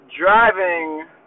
driving